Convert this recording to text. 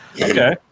Okay